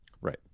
Right